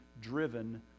driven